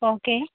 okay